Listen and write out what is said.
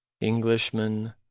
Englishman